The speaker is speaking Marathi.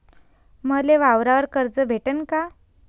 मले वावरावर कर्ज भेटन का?